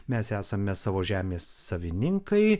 mes esame savo žemės savininkai